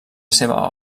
seva